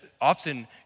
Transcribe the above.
often